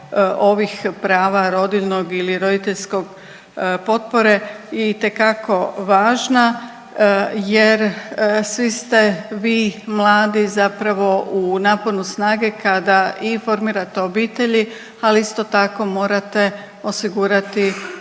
ovih prava rodiljnog ili roditeljskog potpore itekako važna jer svi ste vi mladi zapravo u naponu snage kada i formirate obitelji, ali isto tako morate osigurati